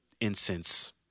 incense